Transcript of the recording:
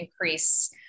increase